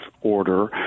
order